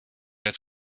der